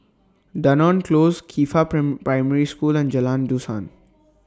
Dunearn Close Qifa Primary School and Jalan Dusan